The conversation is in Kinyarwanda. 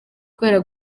kubera